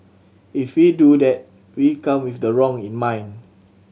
if we do that we come with the wrong in mind